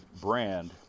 brand